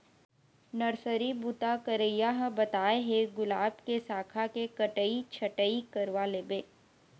nursery बूता करइया ह बताय हे गुलाब के साखा के कटई छटई करवा लेबे